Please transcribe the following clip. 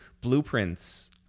blueprints